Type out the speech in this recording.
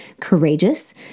courageous